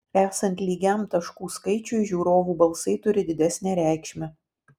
esant lygiam taškų skaičiui žiūrovų balsai turi didesnę reikšmę